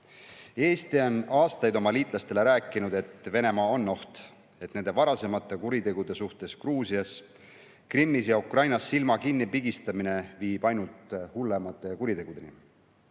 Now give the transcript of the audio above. Eesti on aastaid oma liitlastele rääkinud, et Venemaa on oht ning et varasemate kuritegude ees Gruusias, Krimmis ja Ukrainas silma kinnipigistamine viib ainult hullemate kuritegudeni.